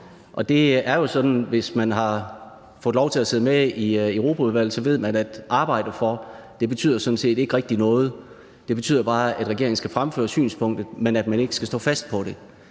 og det er jo sådan, at man, hvis man har fået lov til at sidde med i Europaudvalget, ved, at »arbejde for« sådan set ikke rigtig betyder noget. Det betyder bare, at regeringen skal fremføre synspunktet, men at man ikke skal stå fast på det.